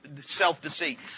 self-deceit